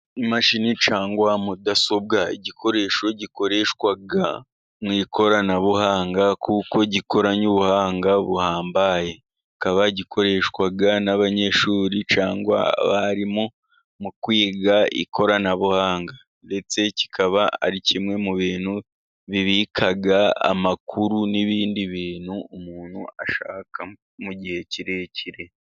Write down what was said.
Imashini cyangwa mudasobwa igikoresho gikoreshwa mu ikoranabuhanga kuko gikoranye ubuhanga buhambaye. Kikaba gikoreshwa n'abanyeshuri cyangwa abarimu mu kwiga ikoranabuhanga ndetse kikaba ari kimwe mu bintu bibika amakuru n'ibindi bintu umuntu ashaka mu gihe kirekire.